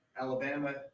Alabama